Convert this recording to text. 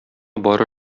бары